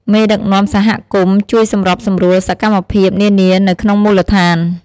មេដឹកនាំសហគមន៍ជួយសម្របសម្រួលសកម្មភាព នានានៅក្នុងមូលដ្ឋាន។